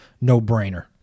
no-brainer